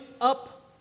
up